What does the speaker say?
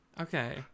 Okay